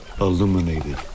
illuminated